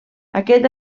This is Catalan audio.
aquest